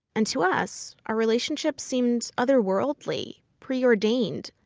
and to us, our relationship seemed otherworldly, pre-ordained,